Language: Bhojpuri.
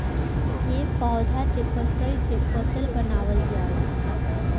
ए पौधा के पतइ से पतल बनावल जाला